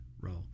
role